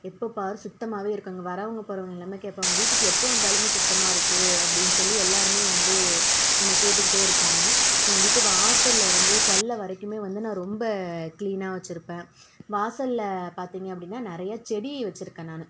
எப்போ பார் சுத்தமாகவே இருக்கணும் வரவங்க போகிறவங்க எல்லாேருமே கேட்பாங்க வீட்டுக்கு எப்போ வந்தாலுமே சுத்தமாகவே இருக்குது அப்படின்னு சொல்லி எல்லாேருமே வந்து என்ன கேட்டுகிட்டே இருப்பாங்க எங்கள் வீட்டு வாசலிருந்து கொல்லை வரைக்குமே வந்து நான் ரொம்ப கிளீனாக வச்சுருப்பேன் வாசலில் பார்த்திங்க அப்படினா நிறையா செடி வச்சுருக்கேன் நான்